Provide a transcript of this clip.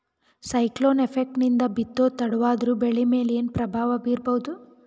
Cyclone effect ನಿಂದ ಬಿತ್ತೋದು ತಡವಾದರೂ ಬೆಳಿ ಮೇಲೆ ಏನು ಪ್ರಭಾವ ಬೀರಬಹುದು?